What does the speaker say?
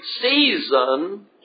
season